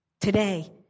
Today